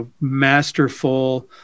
masterful